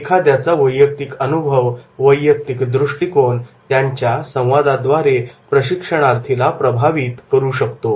एखाद्याचा वैयक्तिक अनुभव वैयक्तिक दृष्टिकोन त्यांच्या संवादाद्वारे प्रशिक्षणार्थीला प्रभावित करू शकतो